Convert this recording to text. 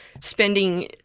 Spending